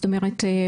זאת אומרת,